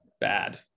bad